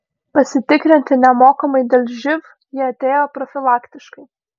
pasitikrinti nemokamai dėl živ jie atėjo profilaktiškai